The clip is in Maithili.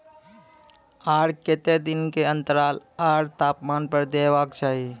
आर केते दिन के अन्तराल आर तापमान पर देबाक चाही?